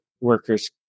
workers